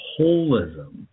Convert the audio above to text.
holism